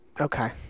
Okay